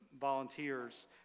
volunteers